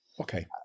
Okay